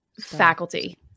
Faculty